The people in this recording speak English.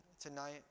tonight